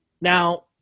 Now